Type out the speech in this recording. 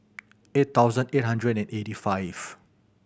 eight thousand eight hundred and eighty five